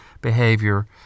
behavior